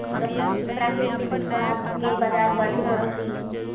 प्राकृतिक उत्पाद के बाजार बढ़ित हइ